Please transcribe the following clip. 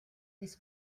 this